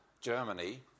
Germany